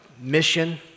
mission